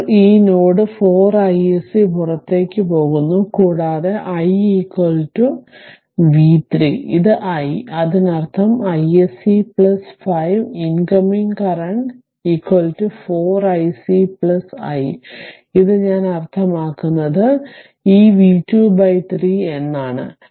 4 ഈ node 4 iSC പുറത്തേക്കു പോകുന്നു കൂടാതെ i v 3 ഇത് i അതിനർത്ഥം iSC 5 incoming current 4 iSC i ഇത് ഞാൻ അർത്ഥമാക്കുന്നത് ഈ v 2 3 എന്നാണ്